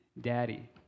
Daddy